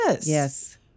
Yes